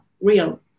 real